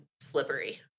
slippery